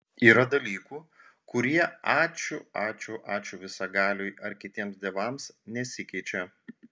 yra dalykų kurie ačiū ačiū ačiū visagaliui ar kitiems dievams nesikeičia